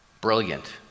Brilliant